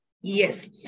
Yes